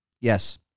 Yes